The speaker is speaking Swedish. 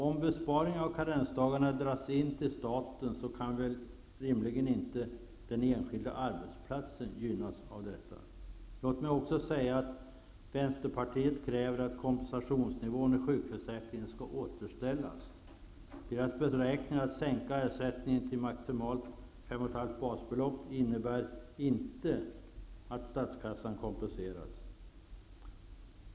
Om besparingen av karensdagarna dras in till staten, kan väl rimligen inte den enskilda arbetsplatsen gynnas av detta. Låt mig också säga att Vänsterpartiet kräver att kompensationsnivån i sjukförsäkringen skall återställas. Att sänka ersättningen till maximalt 5,5 basbelopp, som Vänsterpartiet föreslår, innebär inte att statskassan kompenseras.